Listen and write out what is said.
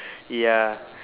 ya